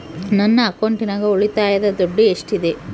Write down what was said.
ನನ್ನ ಅಕೌಂಟಿನಾಗ ಉಳಿತಾಯದ ದುಡ್ಡು ಎಷ್ಟಿದೆ?